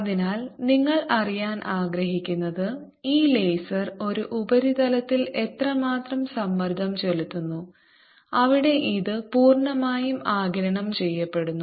അതിനാൽ നിങ്ങൾ അറിയാൻ ആഗ്രഹിക്കുന്നത് ഈ ലേസർ ഒരു ഉപരിതലത്തിൽ എത്രമാത്രം സമ്മർദ്ദം ചെലുത്തുന്നു അവിടെ അത് പൂർണ്ണമായും ആഗിരണം ചെയ്യപ്പെടുന്നു